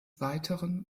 weiteren